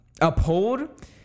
uphold